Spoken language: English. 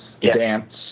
dance